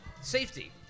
safety